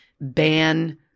ban